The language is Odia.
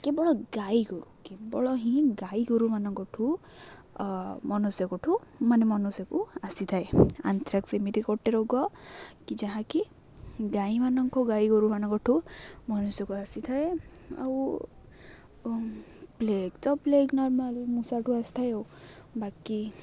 କେବଳ ଗାଈ ଗୋରୁ କେବଳ ହିଁ ଗାଈ ଗୋରୁମାନଙ୍କଠୁ ମନୁଷ୍ୟଙ୍କଠୁ ମାନେ ମନୁଷ୍ୟକୁ ଆସିଥାଏ ଆନ୍ତ୍ରକ୍ସ ଏମିତି ଗୋଟେ ରୋଗ କି ଯାହାକି ଗାଈମାନଙ୍କ ଗାଈ ଗୋରୁମାନଙ୍କଠୁ ମନୁଷ୍ୟକୁ ଆସିଥାଏ ଆଉ ପ୍ଲେଗ ତ ପ୍ଲେଗ ନର୍ମାଲ ମୂଷା ଠୁ ଆସିଥାଏ ଆଉ ବାକି